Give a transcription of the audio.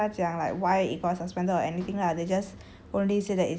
他们没有 like 跟她讲 like why it got suspended or anything lah they just